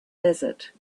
desert